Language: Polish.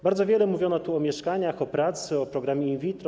Bardzo wiele mówiono tu o mieszkaniach, o pracy, o programie in vitro.